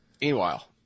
Meanwhile